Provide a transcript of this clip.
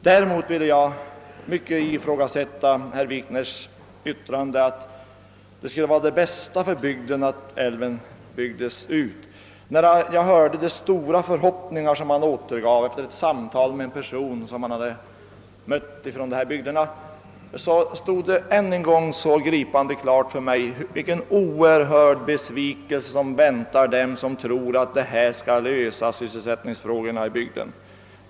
Däremot vill jag starkt ifrågasätta herr Wikners yttrande att det skulle vara det bästa för bygden att älven byggdes ut. När jag hörde honom återge ett samtal och redogöra för de stora förhoppningar som han hade mött i dessa bygder stod det än en gång så gripande klart för mig, vilken oerhörd besvikelse som väntar dem som tror att en utbyggnad skall lösa deras sysselsättningsproblem.